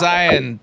Zion